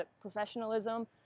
professionalism